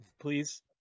Please